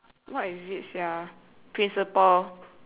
what is it sia principal